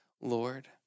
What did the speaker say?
Lord